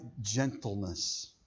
gentleness